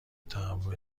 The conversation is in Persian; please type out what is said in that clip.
تهوع